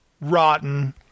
Rotten